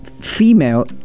female